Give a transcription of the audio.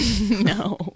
No